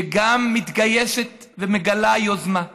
שגם מתגייסת ומגלה יוזמה.